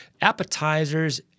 appetizers